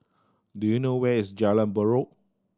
do you know where is Jalan Buroh